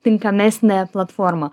tinkamesnė platforma